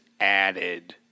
added